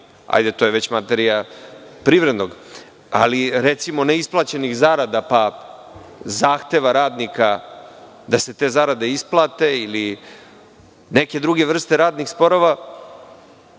ali to je već materija privrednog, ali recimo neisplaćenih zarada, pa zahteva radnika da se te zarade isplate ili neke druge vrste radnih sporova,